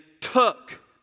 took